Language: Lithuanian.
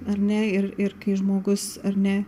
ar ne ir ir kai žmogus ar ne